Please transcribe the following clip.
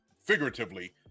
figuratively